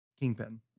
Kingpin